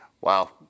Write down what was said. Wow